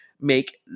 make